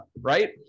right